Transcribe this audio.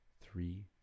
three